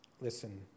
listen